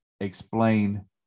explain